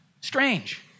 Strange